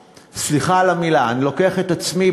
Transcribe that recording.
סליחה על המילה, אני לוקח את עצמי